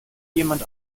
jemand